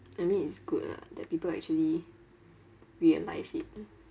I mean it's good lah that people actually realise it